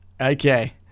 Okay